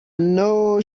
know